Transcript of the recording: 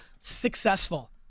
successful